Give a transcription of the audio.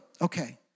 Okay